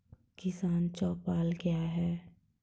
किसान चौपाल क्या हैं?